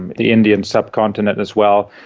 and the indian subcontinent as well.